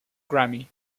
grammy